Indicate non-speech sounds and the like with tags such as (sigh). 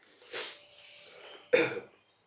(noise) (coughs)